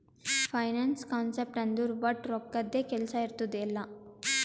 finance concept ಅಂದುರ್ ವಟ್ ರೊಕ್ಕದ್ದೇ ಕೆಲ್ಸಾ ಇರ್ತುದ್ ಎಲ್ಲಾ